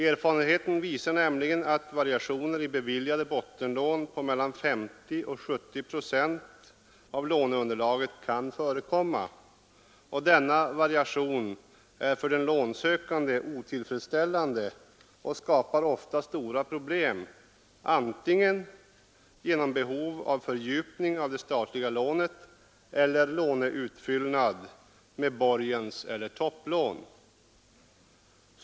Erfarenheten visar att variationer i beviljade bottenlån på mellan 50 och 70 procent av låneunderlaget kan förekomma. Denna variation är för den lånesökande otillfredsställande och skapar ofta stora problem genom ett behov, antingen av fördjupning av det statliga lånet eller av låneutfyllnad med borgeneller topplån.